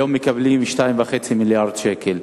היום מקבלים 2.5 מיליארד שקלים,